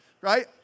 right